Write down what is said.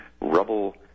rubble